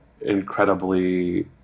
incredibly